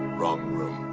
wrong room.